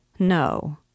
no